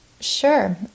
Sure